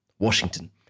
Washington